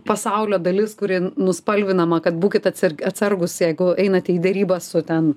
pasaulio dalis kuri nuspalvinama kad būkit atsarg atsargūs jeigu einat į derybas su ten